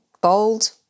bold